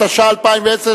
התש"ע 2010,